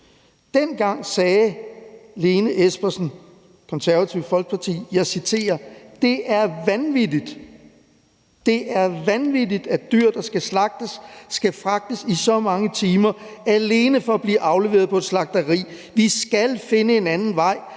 justitsminister fra Det Konservative Folkeparti, og jeg citerer: »Det er vanvittigt, at dyr, der skal slagtes, skal fragtes i så mange timer alene for at blive afleveret på et slagteri. Vi skal finde en anden vej,